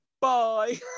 Bye